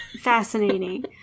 fascinating